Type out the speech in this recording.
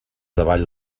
davall